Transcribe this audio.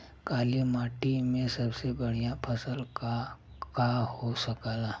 काली माटी में सबसे बढ़िया फसल का का हो सकेला?